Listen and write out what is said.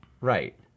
right